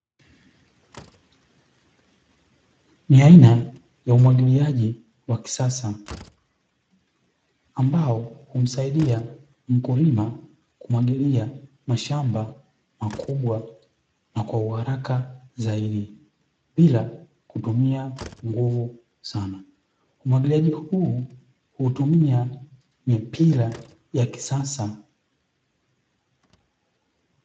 Ni aina ya umwagiliaji wa kisasa, ambao humsaidia mkulima kumwagilia mashamba makubwa na kwa uharaka zaidi, bila kutumia nguvu sana. Umwagiliaji huu hutumia mipira ya kisasa.